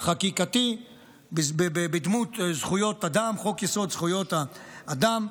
חקיקתי בדמות חוק-יסוד: זכויות האדם,